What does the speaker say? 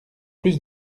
plus